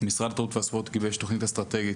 משרד התרבות והספורט גיבש תכנית אסטרטגית,